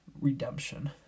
redemption